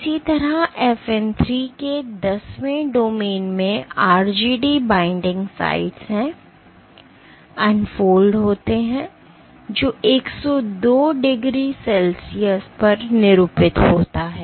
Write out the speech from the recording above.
इसी तरह FN 3 के दसवें डोमेन में RGD बाइंडिंग साइट्स हैं अनफोल्ड होता है जो 102 डिग्री सेल्सियस पर निरूपित होता है